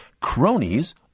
Cronies